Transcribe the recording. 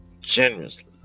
generously